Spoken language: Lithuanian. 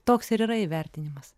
toks ir yra įvertinimas